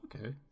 okay